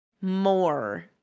more